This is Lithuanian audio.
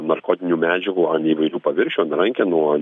narkotinių medžiagų an įvairių paviršių ant rankenų an